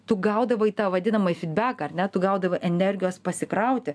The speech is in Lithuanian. tu gaudavai tą vadinamąjį fitbeką ar ne tu gaudavai energijos pasikrauti